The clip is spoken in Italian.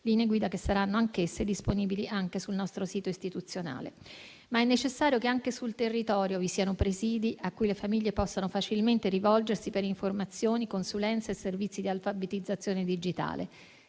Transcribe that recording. che pure saranno disponibili sul nostro sito istituzionale. È necessario però che anche sul territorio vi siano presidi cui le famiglie possano facilmente rivolgersi per informazioni, consulenze e servizi di alfabetizzazione digitale.